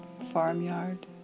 farmyard